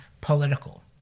political